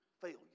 failure